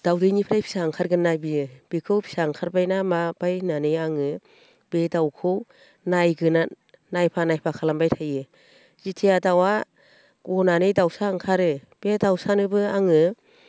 दाउदैनिफ्राय फिसा ओंखारगोन ना बेयो बेखौ फिसा ओंखारबायना माबाय होननानै आङो बे दाउखौ नायगोन नायफा नायफा खालामबाय थायो जेथिया दाउआ गनानै दाउसा ओंखारो बे दाउसानोबो आङो